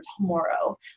tomorrow